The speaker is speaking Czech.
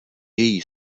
její